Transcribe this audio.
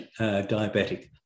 diabetic